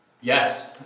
Yes